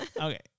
Okay